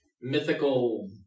mythical